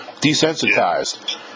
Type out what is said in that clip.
desensitized